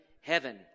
heaven